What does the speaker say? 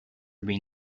being